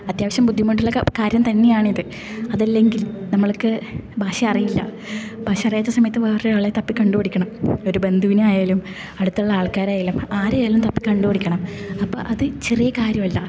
അത്യാവശ്യം ബുദ്ധിമുട്ടുള്ള കാര്യം തന്നെയാണിത് അതല്ലങ്കിൽ നമ്മൾക്ക് ഭാഷയറിയില്ല പക്ഷേ അതേ സമയത്ത് വേറെ ആളെ തപ്പി കണ്ട് പിടിക്കണം ഒരു ബന്ധുവിനെ ആയാലും അടുത്തുള്ള ആൾക്കാരെ ആയാലും ആരെ ആയാലും തപ്പി കണ്ട് പിടിക്കണം അപ്പ അത് ചെറിയ കാര്യം അല്ല